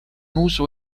uso